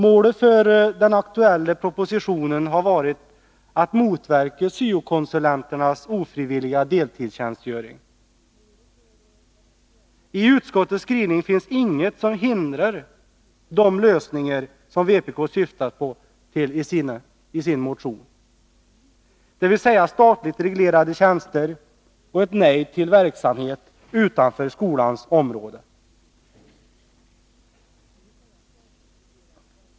Målet för den aktuella propositionen har varit att motverka syo-konsulenternas ofrivilliga deltidstjänstgöring. I utskottets skrivning finns ingenting som hindrar de lösningar som vpk syftar på i sin motion, dvs. statligt reglerade tjänster och ett nej till verksamhet utanför skolans område.